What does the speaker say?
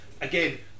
again